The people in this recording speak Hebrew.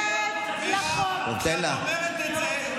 מירב, כשאת אומרת את זה,